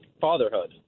fatherhood